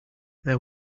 there